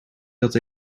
dat